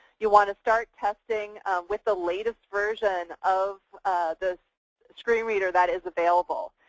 you want to start testing with the latest version of the screen reader that is available.